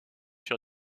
sur